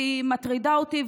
והיא מטרידה אותי,